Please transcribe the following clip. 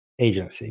agency